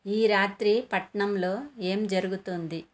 ఈరాత్రి పట్నంలో ఏం జరుగుతోంది